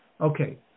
Okay